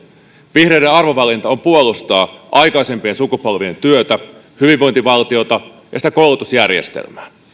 vihreiden arvovalinta on puolustaa aikaisempien sukupolvien työtä hyvinvointivaltiota ja sitä koulutusjärjestelmää